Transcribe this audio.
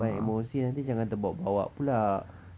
banyak emosi nanti jangan terbawa-bawa pula